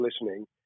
listening